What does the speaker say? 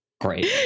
Great